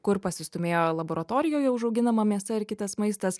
kur pasistūmėjo laboratorijoje užauginama mėsa ar kitas maistas